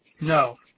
No